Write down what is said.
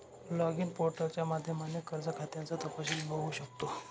login पोर्टलच्या माध्यमाने कर्ज खात्याचं तपशील बघू शकतो